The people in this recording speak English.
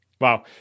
Wow